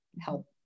help